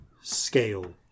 scale